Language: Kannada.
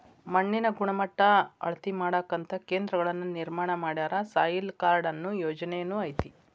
ಮಣ್ಣಿನ ಗಣಮಟ್ಟಾ ಅಳತಿ ಮಾಡಾಕಂತ ಕೇಂದ್ರಗಳನ್ನ ನಿರ್ಮಾಣ ಮಾಡ್ಯಾರ, ಸಾಯಿಲ್ ಕಾರ್ಡ ಅನ್ನು ಯೊಜನೆನು ಐತಿ